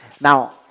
Now